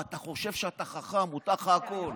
ואתה חושב שאתה חכם, מותר לך הכול.